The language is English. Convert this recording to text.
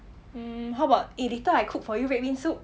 hmm how about eh later I cook for you red bean soup